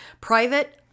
Private